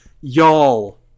y'all